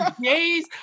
days